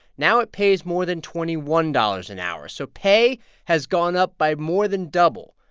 now, it pays more than twenty one dollars an hour. so pay has gone up by more than double,